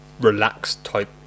relaxed-type